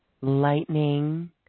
lightning